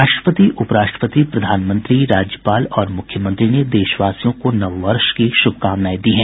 राष्ट्रपति उप राष्ट्रपति प्रधानमंत्री राज्यपाल और मुख्यमंत्री ने देशवासियों को नव वर्ष की शुभकामनाएं दी हैं